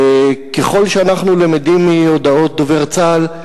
ככל שאנחנו למדים מהודעות דובר צה"ל,